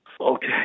Okay